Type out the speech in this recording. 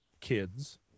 kids—